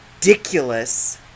ridiculous